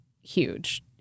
huge